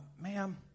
Ma'am